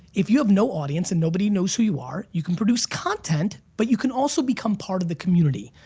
if you have no audience and nobody knows who you are you can produce content but you can also become part of the community.